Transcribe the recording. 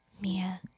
Mia